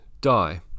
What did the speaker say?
die